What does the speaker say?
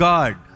God